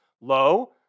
Low